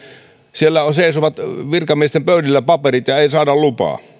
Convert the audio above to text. siellä seisovat virkamiesten pöydillä paperit eikä saada lupaa